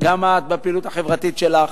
גם את, בפעילות החברתית שלך.